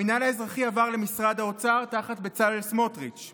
המינהל האזרחי עבר למשרד האוצר תחת בצלאל סמוטריץ';